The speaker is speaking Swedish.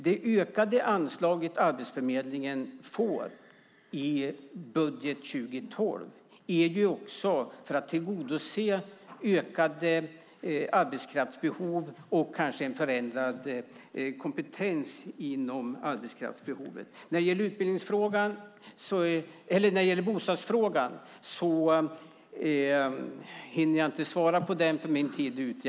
Det ökade anslag som Arbetsförmedlingen får i budgeten 2012 är för att tillgodose ökade arbetskraftsbehov och kanske en förändrad kompetens inom arbetskraftsbehovet. Jag hinner inte svara på bostadsfrågan eftersom min talartid är ute.